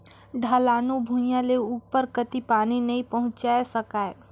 ढलानू भुइयां ले उपरे कति पानी नइ पहुचाये सकाय